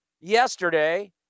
yesterday